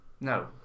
No